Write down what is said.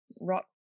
rock